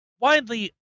Widely